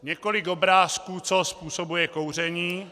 Několik obrázků, co způsobuje kouření.